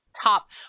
top